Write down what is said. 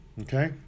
Okay